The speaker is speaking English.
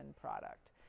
product